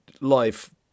life